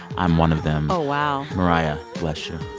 i'm one of them oh, wow mariah, bless